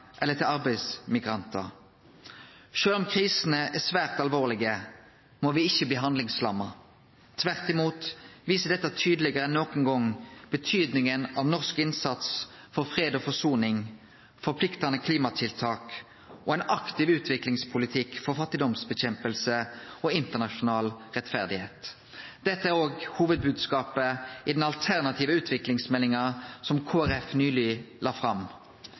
eller til arbeidsmigrantar. Sjølv om krisene er svært alvorlege, må me ikkje bli handlingslamma. Tvert imot viser dette tydelegare enn nokon gong betydinga av norsk innsats for fred og forsoning, forpliktande klimatiltak og ein aktiv utviklingspolitikk for fattigdomsnedkjemping og internasjonal rettferd. Dette er òg hovudbodskapen i den alternative utviklingsmeldinga som Kristeleg Folkeparti nyleg la fram.